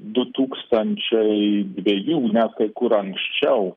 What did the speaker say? du tūkstančiai dviejų net kai kur anksčiau